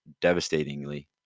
devastatingly